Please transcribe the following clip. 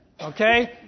Okay